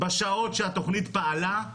בשעות שהתוכנית פעלה: